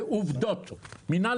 במדינת ישראל במשך עשר השנים האחרונות,